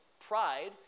pride